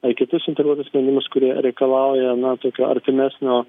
ar kitus integruotus sprendimus kurie reikalauja na tokio artimesnio